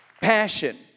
Passion